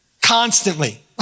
Constantly